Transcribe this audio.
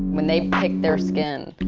when they pick their skin,